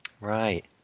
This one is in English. Right